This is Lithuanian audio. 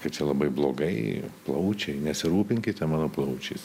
kad čia labai blogai plaučiai nesirūpinkite mano plaučiais